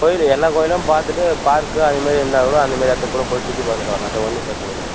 கோயில் எல்லா கோயிலும் பார்க் அது மாதிரி இருந்தால் கூட அந்த மாதிரி கூட சுற்றி பார்த்துட்டு வரலாம் சார் ஒன்றும் பிரச்சன இல்லை